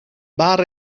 bar